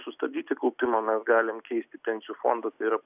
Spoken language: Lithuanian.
sustabdyti kaupimą mes galim keisti pensijų fondus tai yra